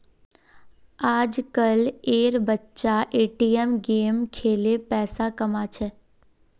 आजकल एर बच्चा ए.टी.एम गेम खेलें पैसा कमा छे